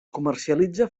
comercialitza